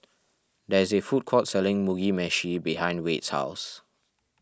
there is a food court selling Mugi Meshi behind Wade's house